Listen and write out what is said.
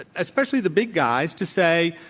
especially the big guys, to say,